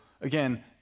again